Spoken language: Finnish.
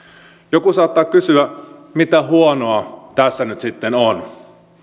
joku saattaa kysyä mitä huonoa tässä nyt sitten on